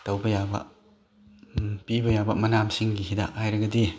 ꯇꯧꯕ ꯌꯥꯕ ꯄꯤꯕ ꯌꯥꯕ ꯃꯅꯥ ꯃꯁꯤꯡꯒꯤ ꯍꯤꯗꯥꯛ ꯍꯥꯏꯔꯒꯗꯤ